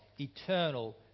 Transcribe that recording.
eternal